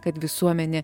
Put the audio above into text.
kad visuomenė